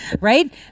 right